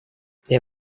det